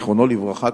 זיכרונו לברכה,